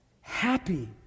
Happy